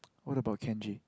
what about Kenji